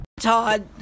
Todd